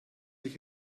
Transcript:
ich